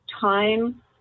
time